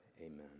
amen